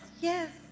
Yes